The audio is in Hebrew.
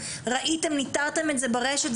ניטרתם את זה ברשת,